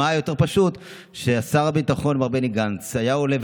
מה יותר פשוט ששר הביטחון מר בני גנץ היה עונה,